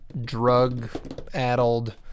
drug-addled